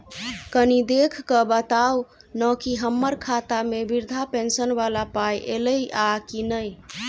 कनि देख कऽ बताऊ न की हम्मर खाता मे वृद्धा पेंशन वला पाई ऐलई आ की नहि?